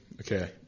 okay